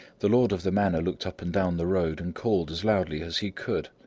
the lord of the manor looked up and down the road and called as loudly as he could.